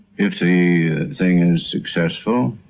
if the thing is successful,